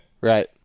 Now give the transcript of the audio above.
Right